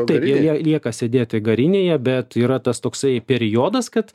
taip ir jie lieka sėdėti garinėje bet yra tas toksai periodas kad